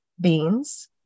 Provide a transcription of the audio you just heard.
beans